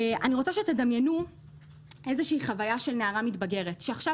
אני רוצה שתדמיינו חוויה של נערה מתבגרת שעכשיו